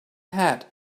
had